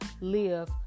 live